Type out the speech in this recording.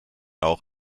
auch